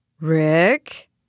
Rick